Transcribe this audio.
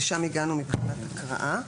לשם הגענו מבחינת הקראה.